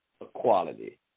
equality